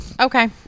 Okay